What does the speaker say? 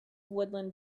woodland